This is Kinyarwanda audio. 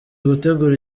gutegura